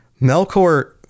Melkor